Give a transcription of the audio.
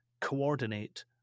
coordinate